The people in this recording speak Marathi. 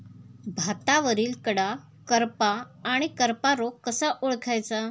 भातावरील कडा करपा आणि करपा रोग कसा ओळखायचा?